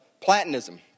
Platonism